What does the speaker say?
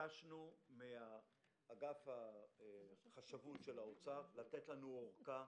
ביקשנו מאגף החשבות של משרד האוצר לתת לנו ארכה,